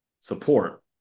Support